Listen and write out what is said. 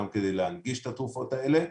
גם כדי להנגיש את התרופות האלה.